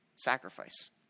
Sacrifice